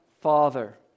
Father